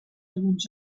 alguns